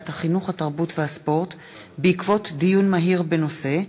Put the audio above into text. החינוך, התרבות והספורט בעקבות דיון מהיר בנושא: